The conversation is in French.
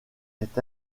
est